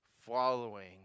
following